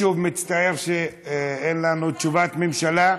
אני שוב מצטער שאין לנו תשובת ממשלה.